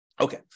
Okay